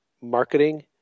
marketing